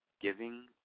giving